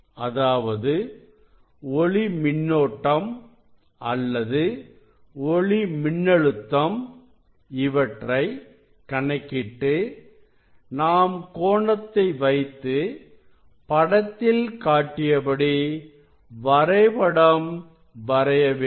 அதாவது ஒளி மின்னோட்டம் அல்லது ஒளி மின்னழுத்தம் இவற்றைக் கணக்கிட்டு நாம் கோணத்தை வைத்து படத்தில் காட்டியபடி வரைபடம் வரைய வேண்டும்